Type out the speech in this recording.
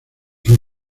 sus